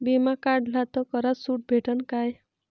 बिमा काढला तर करात सूट भेटन काय?